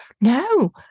no